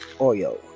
oil